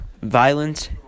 violent